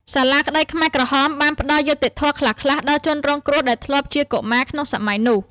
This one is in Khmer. សាលាក្ដីខ្មែរក្រហមបានផ្ដល់យុត្តិធម៌ខ្លះៗដល់ជនរងគ្រោះដែលធ្លាប់ជាកុមារក្នុងសម័យនោះ។